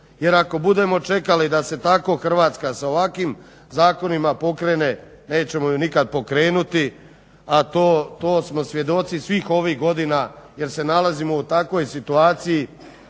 Jer ako budemo čekali da se tako Hrvatska sa ovakvim zakonima pokrene nećemo ju nikad pokrenuti, a to smo svjedoci svih ovih godina jer se nalazimo u takvoj situaciji